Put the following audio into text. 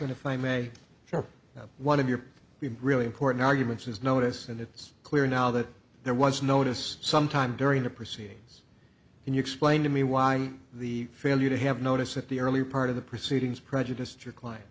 franklin if i may be sure that one of your really important arguments is notice and it's clear now that there was notice sometime during the proceedings can you explain to me why the failure to have notice at the early part of the proceedings prejudiced your client